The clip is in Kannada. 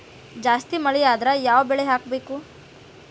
ಜಾಸ್ತಿ ಮಳಿ ಆದ್ರ ಯಾವ ಬೆಳಿ ಹಾಕಬೇಕು?